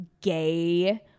gay